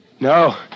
No